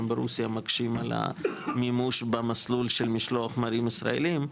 ברוסיה מקשים על המימוש במסלול של משלוח מלאים ישראליים,